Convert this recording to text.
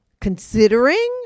considering